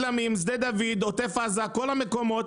מתלמים, משדה דוד, עוטף עזה, כל המקומות.